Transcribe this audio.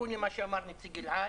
תיקון למה שאמר נציג אל על: